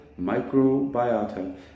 microbiota